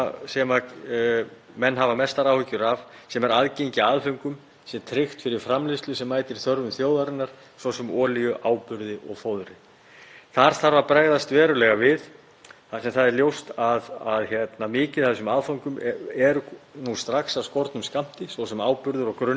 Þar þarf að bregðast verulega við þar sem ljóst er að mikið af þessum aðföngum er nú strax af skornum skammti, svo sem áburður og grunnefni til áburðar. Einnig hafa menn áhyggjur af kjarnfóðri og korni (Forseti hringir.) og þeim hráefnum sem nauðsynleg eru í íslenskum landbúnaði.